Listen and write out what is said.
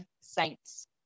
Saints